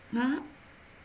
!huh!